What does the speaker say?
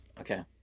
okay